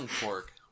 Pork